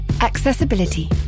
Accessibility